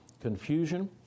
confusion